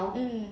mm